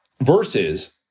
versus